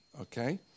Okay